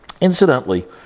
incidentally